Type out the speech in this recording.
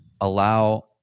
allow